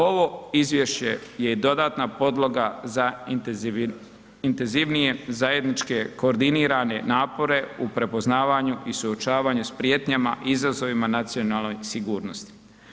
Ovo izvješće je i dodatna podloga za intenzivnije, zajedničke, koordinirane napore u prepoznavanju i suočavanju s prijetnjama i izazovima nacionalne sigurnosti.